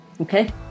Okay